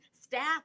staff